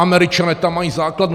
Američané tam mají základnu.